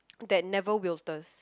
that never wilts